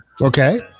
Okay